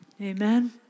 Amen